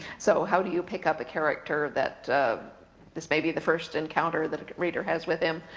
so how do you pick up a character that this may be the first encounter that a reader has with him,